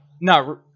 No